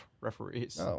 referees